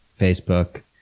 Facebook